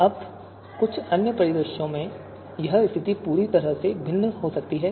अब कुछ अन्य परिदृश्यों में यह स्थिति पूरी तरह से भिन्न हो सकती है